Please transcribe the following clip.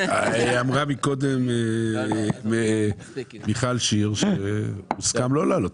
אמרה מקודם מיכל שיר שהוסכם לא להעלות,